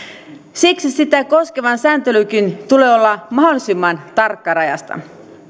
siksi sitä koskevan sääntelynkin tulee olla mahdollisimman tarkkarajaista